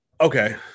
Okay